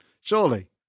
Surely